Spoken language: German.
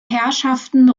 herrschaften